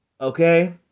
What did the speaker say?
Okay